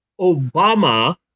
Obama